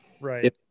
right